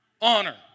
Honor